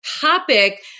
topic